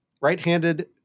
right-handed